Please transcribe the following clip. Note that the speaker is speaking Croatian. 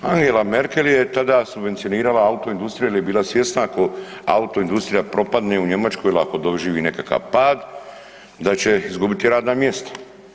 Angela Merkel je tada subvencionirala autoindustriju jel je bila svjesna ako autoindustrija propadne u Njemačkoj ili ako doživi nekakav pad da će izgubiti radna mjesta.